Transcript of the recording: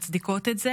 שמח לראות אותו.